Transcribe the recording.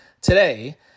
today